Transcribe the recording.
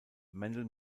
mendel